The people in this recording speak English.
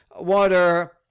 water